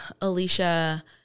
Alicia